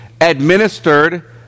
administered